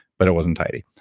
but it wasn't tidy.